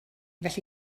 felly